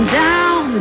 down